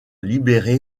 libéré